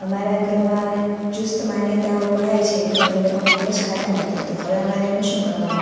અમારા ઘરમાં ચુસ્ત માન્યતાઓ પળાય છે એટલે અમે લોકો નોનવેજ ખાતા નથી તો હવે અમારે એનું શું કરવાનું